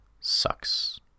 sucks